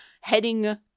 heading